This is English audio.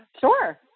Sure